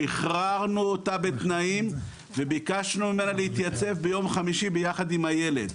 שחררנו אותה בתנאים וביקשו ממנה להתייצב ביום חמישי ביחד עם הילד.